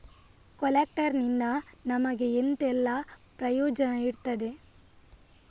ಕೊಲ್ಯಟರ್ ನಿಂದ ನಮಗೆ ಎಂತ ಎಲ್ಲಾ ಪ್ರಯೋಜನ ಇರ್ತದೆ?